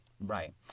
Right